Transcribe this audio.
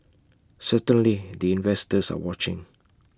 certainly the investors are watching